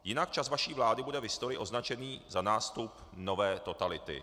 Jinak čas vaší vlády bude v historii označený za nástup nové totality.